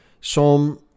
Psalm